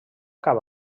cap